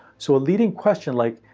so a leading question like,